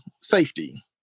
safety